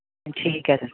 ਠੀਕ ਹੈ ਸਰ